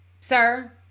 sir